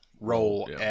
role